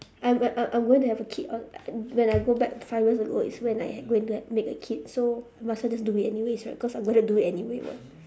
I I I I'm going to have a kid [what] when I go back five years ago is when I had going to have make a kid so I might as well just do it anyways right cause I'm just going to do it anyway [what]